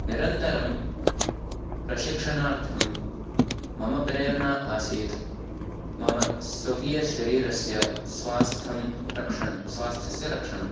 निरन्तरं प्रशिक्षणार्थं मम प्रेरणा आसीत् मम स्वकीयशरीरस्य स्वास्थरक्षणं स्वास्थ्यस्य रक्षणम्